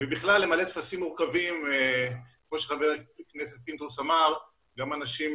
ולמלא טפסים מורכבים - כמו שחבר הכנסת פינדרוס אמר - גם אנשים